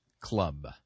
club